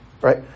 right